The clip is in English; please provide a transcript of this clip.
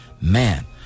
Man